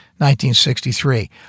1963